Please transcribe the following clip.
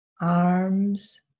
arms